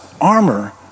armor